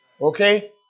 okay